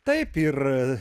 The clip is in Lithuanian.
taip ir